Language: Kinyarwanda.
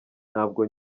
ntabwo